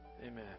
Amen